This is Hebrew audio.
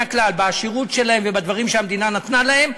הכלל בעשירות שלהם ובדברים שהמדינה נתנה להם,